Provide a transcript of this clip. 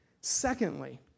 Secondly